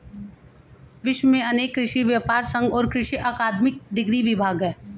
विश्व में अनेक कृषि व्यापर संघ और कृषि अकादमिक डिग्री विभाग है